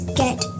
get